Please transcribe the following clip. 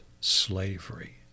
slavery